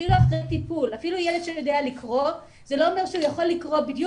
אפילו ילד שיודע לקרוא זה לא אומר שהוא יכול לקרוא בדיוק